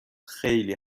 خیلی